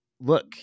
look